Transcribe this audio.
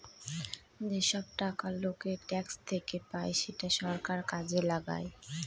যেসব টাকা লোকের ট্যাক্স থেকে পায় সেটা সরকার কাজে লাগায়